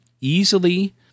easily